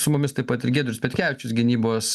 su mumis taip pat ir giedrius petkevičius gynybos